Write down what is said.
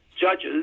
judges